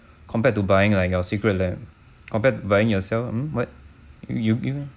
compared to buying like our secret lab compared the buying yourself hmm what you give me